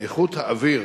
"איכות האוויר